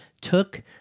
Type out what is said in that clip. took